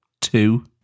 Two